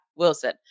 Wilson